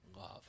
love